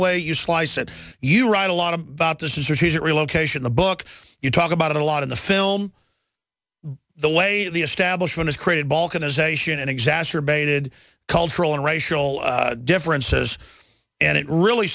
way you slice it you write a lot about this is that he's relocation the book you talk about it a lot in the film the way the establishment is created balkanization and exacerbated cultural and racial differences and it really